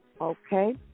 Okay